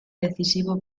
decisivo